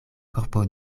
korpo